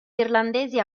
irlandesi